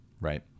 right